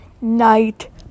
Night